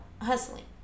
hustling